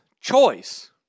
choice